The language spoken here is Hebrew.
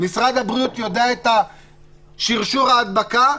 משרד הבריאות יודע את שרשור ההדבקה,